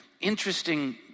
interesting